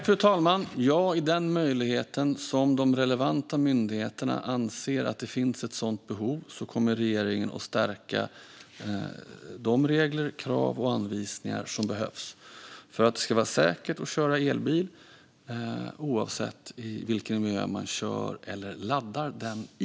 Fru talman! Ja, i den mån de relevanta myndigheterna anser att det finns ett sådant behov kommer regeringen att stärka de regler, krav och anvisningar som behövs för att det ska vara säkert att köra elbil oavsett i vilken miljö man kör eller laddar den i.